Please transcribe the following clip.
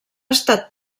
estat